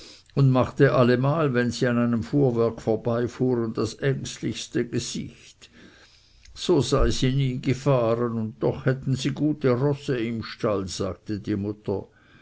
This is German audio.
und machte allemal wenn sie an einem fuhrwerk vorbeifuhren das ängstlichste gesicht so sei sie nie gefahren und doch hätten sie gute rosse im stall sagte die mutter